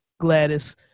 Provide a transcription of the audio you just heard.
Gladys